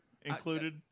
included